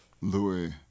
Louis